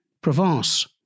Provence